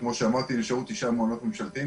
כמו שאמרתי, נשארו תשעה מעונות ממשלתיים.